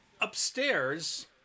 upstairs